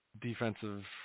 defensive